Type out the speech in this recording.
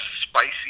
spicy